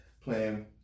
playing